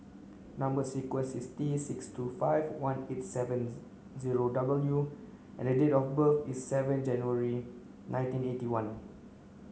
number sequence is T six two five one eight seven zero W and date of birth is seven January nineteen eighty one